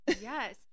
yes